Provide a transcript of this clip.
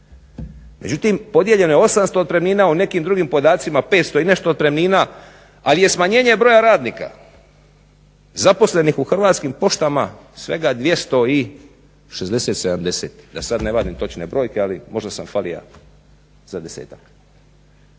Međutim, podijeljeno je 800 otpremnina, a u nekim drugim podacima 500 i nešto otpremnina, ali je smanjenje broja radnika zaposlenih u Hrvatskim poštama svega 260, 270 da sad ne vadim točne brojke, ali možda sam falija za 10-ak.